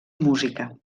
música